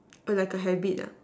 err like a habit ah